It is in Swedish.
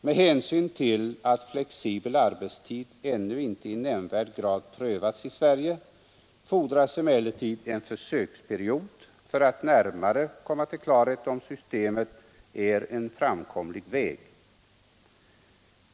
Med hänsyn till att flexibel arbetstid ännu inte i nämnvärd grad prövats i Sverige fordras emellertid en försöksperiod för att närmare komma till klarhet om systemet är en framkomlig väg.